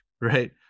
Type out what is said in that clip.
right